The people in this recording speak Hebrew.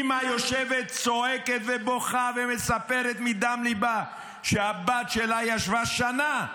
אימא יושבת צועקת ובוכה ומספרת מדם ליבה שהבת שלה ישבה שנה,